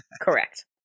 Correct